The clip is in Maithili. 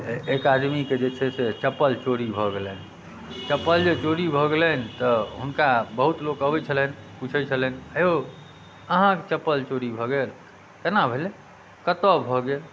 एक आदमीके जे छै से चप्पल चोरी भऽ गेलनि चप्पल जे चोरी भऽ गेलनि तऽ हुनका बहुत लोक अबैत छलनि पूछैत छलनि आय यौ अहाँकेँ चप्पल चोरी भऽ गेल केना भेलै कतऽ भऽ गेल